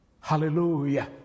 Hallelujah